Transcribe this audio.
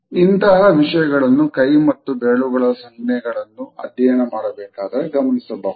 ಇಂತಹ ವಿಷಯಗಳನ್ನು ಕೈ ಮತ್ತು ಬೆರಳುಗಳ ಸಂಜ್ಞೆಗಳನ್ನು ಅಧ್ಯಯನ ಮಾಡಬೇಕಾದರೆ ಗಮನಿಸಬಹುದು